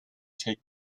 take